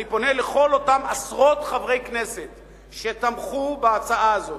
אני פונה לכל אותם עשרות חברי כנסת שתמכו בהצעה הזאת,